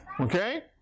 Okay